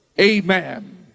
amen